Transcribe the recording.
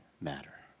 matter